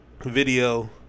video